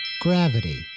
gravity